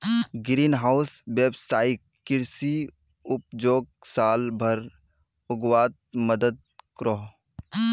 green house वैवसायिक कृषि उपजोक साल भर उग्वात मदद करोह